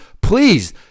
please